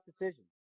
decision